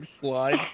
slide